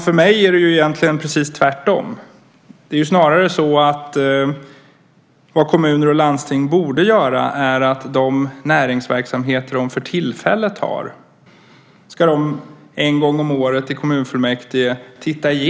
För mig är det egentligen precis tvärtom. Det är snarare så att vad kommuner och landsting borde göra är att kommunfullmäktige en gång om året tittar igenom de näringsverksamheter som man för tillfället har.